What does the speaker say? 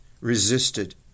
resisted